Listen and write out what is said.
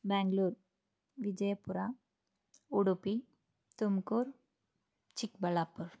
Bangalore Vijayapura Udupi Tumkur Chikkaballapur